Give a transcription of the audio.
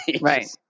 Right